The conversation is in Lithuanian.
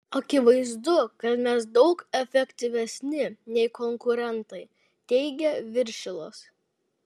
akivaizdu kad mes daug efektyvesni nei konkurentai teigia viršilas